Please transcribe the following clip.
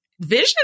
Vision